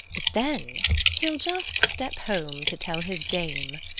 but then he'll just step home to tell his dame.